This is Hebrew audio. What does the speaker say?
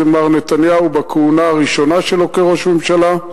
זה מר נתניהו בכהונתו הראשונה כראש ממשלה.